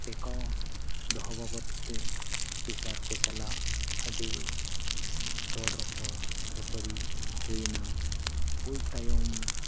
ᱴᱮᱠᱟᱣ ᱫᱚᱦᱚ ᱵᱟᱵᱚᱫ ᱛᱮ ᱚᱯᱷᱤᱥᱟᱨ ᱠᱚ ᱥᱟᱞᱟᱜ ᱟᱹᱰᱤ ᱨᱚᱲ ᱨᱚᱯᱚᱲ ᱠᱷᱟᱹᱯᱟᱹᱨᱤ ᱦᱚᱸ ᱦᱩᱭᱮᱱᱟ ᱦᱩᱭ ᱛᱟᱭᱚᱢ